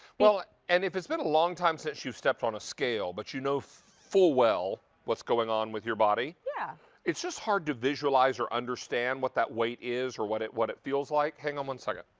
and if it's been a long time since you stepped on a scale but you know full well what's going on with your body. yeah. it's just hard to visualize or understand what that weight is or what it what it feels like. hang on one second.